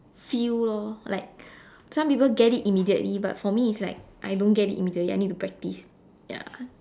feel lor like some people get it immediately but for me it's like I don't get it immediately I need to practice ya